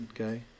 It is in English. okay